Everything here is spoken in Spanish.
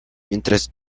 mientras